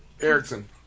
Erickson